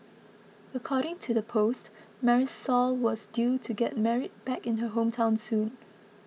according to the post Marisol was due to get married back in her hometown soon